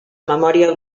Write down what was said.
memòria